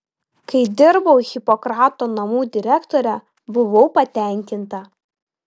kai dirbau hipokrato namų direktore buvau patenkinta